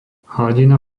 hladina